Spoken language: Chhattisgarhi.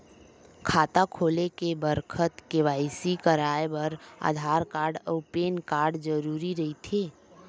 खाता खोले के बखत के.वाइ.सी कराये बर आधार कार्ड अउ पैन कार्ड जरुरी रहिथे